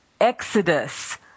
exodus